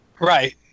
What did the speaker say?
right